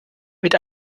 mit